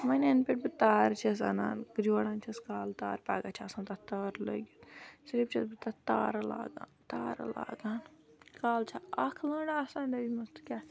وۄنۍ یَنہِ پٮ۪ٹھ بہٕ تار چھَس اَنان جوڑان چھَس کالہٕ تار پَگہہ چھِ آسان تَتھ تار لٲگِتھ صرِف چھَس بہٕ تَتھ تارٕ لاگان تارٕ لاگان کالہٕ چھےٚ اَکھ لٔنڑ آسان دٔیمہِ دۄہ کٮ۪تھان